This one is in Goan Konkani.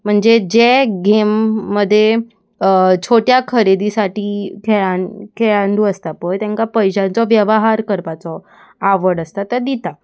म्हणजे जे गेम मदे छोट्या खरेदी साठी खेळान खेळांडू आसता पय तेंकां पयशांचो वेव्हार करपाचो आवड आसता तो दिता